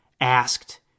asked